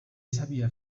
sabia